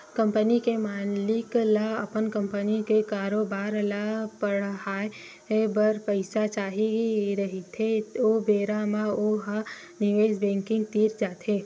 company के मालिक ल अपन कंपनी के कारोबार ल बड़हाए बर पइसा चाही रहिथे ओ बेरा म ओ ह निवेस बेंकिग तीर जाथे